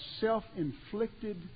self-inflicted